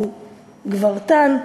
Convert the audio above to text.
שהוא גברתן,